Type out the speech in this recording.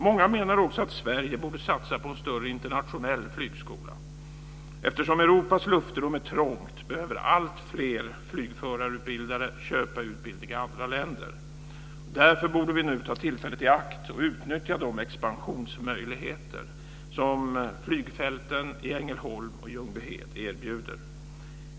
Många menar också att Sverige borde satsa på en större internationell flygskola. Eftersom Europas luftrum är trångt behöver alltfler flygförarutbildade köpa utbildning i andra länder. Därför borde vi nu ta tillfället i akt att utnyttja de expansionsmöjligheter som flygfälten i Ängelholm och Ljungbyhed erbjuder.